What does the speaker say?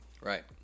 right